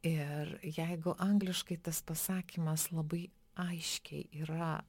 ir jeigu angliškai tas pasakymas labai aiškiai yra